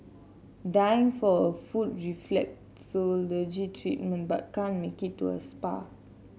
dying for a foot reflexology treatment but can't make it to a spa